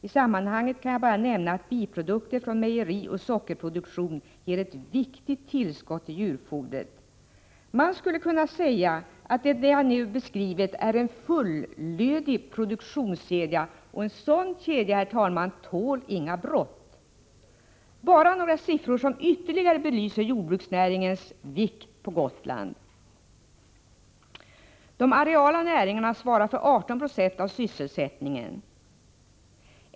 I sammanhanget kan nämnas att biprodukter från mejerioch sockerproduktion ger ett viktigt tillskott till djurfodret. Man skulle kunna säga att det jag nu beskrivit är en fullödig produktionskedja, och en sådan kedja tål inga brott. Jag vill lämna några siffror som ytterligare belyser jordbruksnäringens vikt på Gotland. De areala näringarna svarar för 18 26 av sysselsättningen.